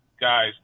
guys